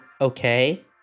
okay